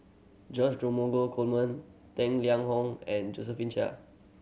George Dromgold Coleman Tang Liang Hong and Josephine Chia